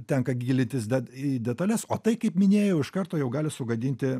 tenka gilintis dar į detales o tai kaip minėjau iš karto jau gali sugadinti